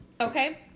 Okay